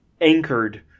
anchored